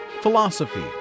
philosophy